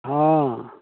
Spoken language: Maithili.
हँ